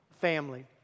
family